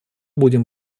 будем